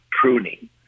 pruning